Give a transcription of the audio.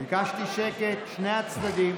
ביקשתי שקט משני הצדדים.